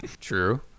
True